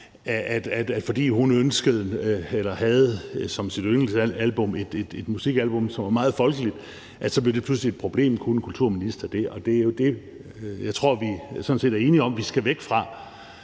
at fordi hun havde et yndlingsmusikalbum, som var meget folkeligt, så blev det pludselig et problem. For kunne en kulturminister have det? Og det er jo det, som jeg tror at vi sådan set er enige om at vi skal væk fra.